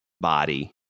body